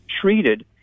treated